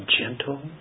gentle